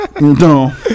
no